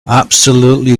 absolutely